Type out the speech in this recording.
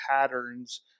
patterns